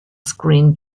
screened